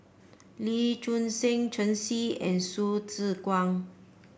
Lee Choon Seng Shen Xi and Hsu Tse Kwang